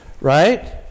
Right